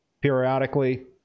periodically